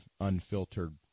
unfiltered